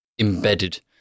embedded